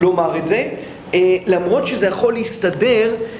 לומר את זה, למרות שזה יכול להסתדר